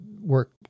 work